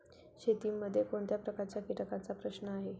शेतीमध्ये कोणत्या प्रकारच्या कीटकांचा प्रश्न आहे?